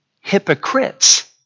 hypocrites